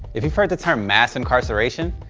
if you've heard the term mass incarceration,